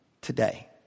today